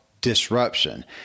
disruption